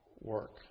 work